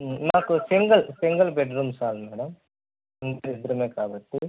నాకు single single bedroom చాలు madam ఉండేది ఇద్దరమే కాబట్టి